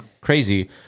crazy